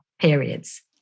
periods